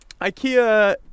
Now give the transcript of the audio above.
Ikea